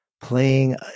playing